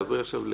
תעבירי עכשיו ל-(ג).